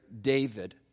David